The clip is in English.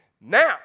Now